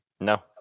No